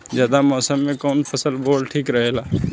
जायद मौसम में कउन फसल बोअल ठीक रहेला?